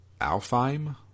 Alfheim